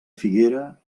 figuera